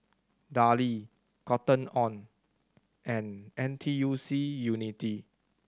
Darlie Cotton On and N T U C Unity